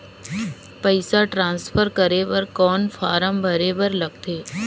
पईसा ट्रांसफर करे बर कौन फारम भरे बर लगथे?